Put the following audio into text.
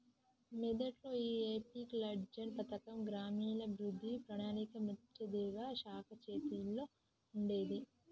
మొదట్లో ఈ MP LADS పథకం గ్రామీణాభివృద్ధి పణాళిక మంత్రిత్వ శాఖ చేతుల్లో ఉండేది